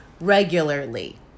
regularly